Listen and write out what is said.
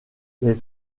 les